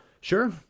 Sure